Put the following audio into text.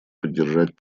поддержать